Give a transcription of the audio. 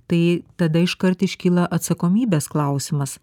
tai tada iškart iškyla atsakomybės klausimas